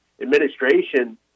administration